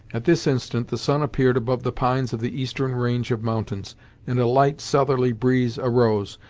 at this instant the sun appeared above the pines of the eastern range of mountains and a light southerly breeze arose,